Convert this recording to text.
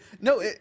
No